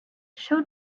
showed